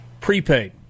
prepaid